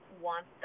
want